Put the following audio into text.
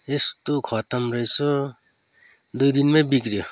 यस्तो खत्तम रहेछ दुई दिनमै बिग्रियो